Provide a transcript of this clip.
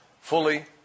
fully